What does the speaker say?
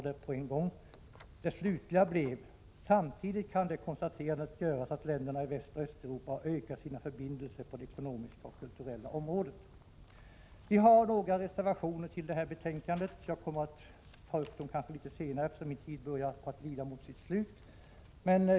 Den slutliga versionen blev: ”Samtidigt kan det konstaterandet göras att länderna i Västoch Östeuropa har ökat sina förbindelser på det ekonomiska och kulturella området.” Vi har några reservationer till detta betänkande. Jag kommer att ta upp dem litet senare, eftersom min tid börjar lida mot sitt slut.